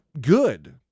good